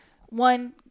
one